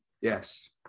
Yes